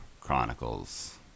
Chronicles